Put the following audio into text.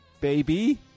Baby